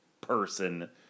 person